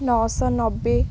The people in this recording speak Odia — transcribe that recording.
ନଅ ଶହ ନବେ